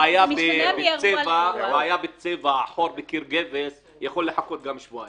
בעיה בצבע - יכול לחכות גם שבועיים.